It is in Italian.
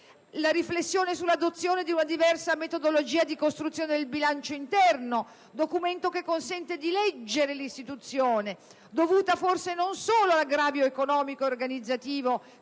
la riflessione sull'adozione di una diversa metodologia di costruzione del bilancio interno, documento che consente di «leggere» l'Istituzione, dovuta forse, non solo all'aggravio economico ed organizzativo